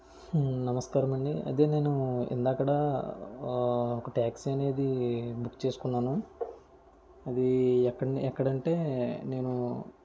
నమస్కారమండీ అదే నేను ఇందాకడా ఒక టాక్సీ అనేది బుక్ చేసుకున్నాను అది ఎక్కడ ఎక్కడ అంటే నేను